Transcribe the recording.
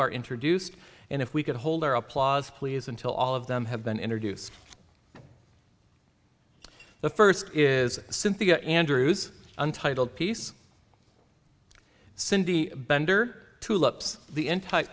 are introduced and if we could hold our applause please until all of them have been introduced the first is cynthia andrews untitled piece cindy bender tulips the